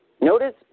notice